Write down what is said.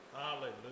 Hallelujah